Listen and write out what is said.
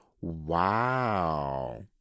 Wow